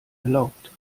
erlaubt